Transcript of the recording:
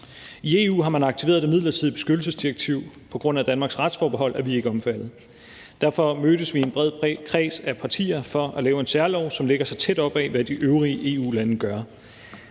I EU har man aktiveret det midlertidige beskyttelsesdirektiv, og på grund af Danmarks retsforbehold er vi ikke omfattet af det. Derfor mødtes vi i en bred kreds af partier for at lave en særlov, som lægger sig tæt op af, hvad de øvrige EU-lande gør.